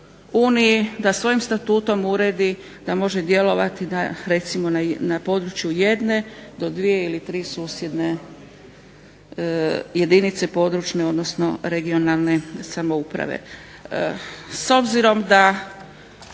da svojim statutom uredi da može djelovati da recimo na području jedne do dvije ili tri susjedne jedinice područne, odnosno regionalne samouprave. S obzirom da